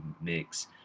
mix